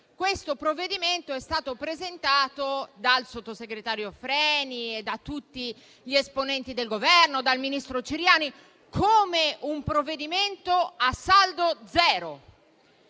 questo provvedimento è stato presentato dal sottosegretario Freni, da tutti gli esponenti del Governo, dal ministro Ciriani come a saldo zero: